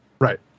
Right